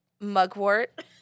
Mugwort